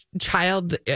child